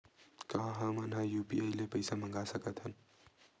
का हमन ह यू.पी.आई ले पईसा मंगा सकत हन?